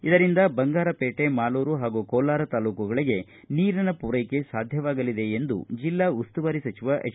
ಇದರಿಂದ ಬಂಗಾರಪೇಟೆ ಮಾಲೂರು ಹಾಗೂ ಕೋಲಾರ ತಾಲ್ಲೂಕುಗಳಿಗೆ ನೀರಿನ ಪೂರೈಕೆ ಸಾಧ್ಯವಾಗಲಿದೆ ಎಂದು ಜಿಲ್ಲಾ ಉಸ್ತುವಾರಿ ಸಚಿವ ಎಚ್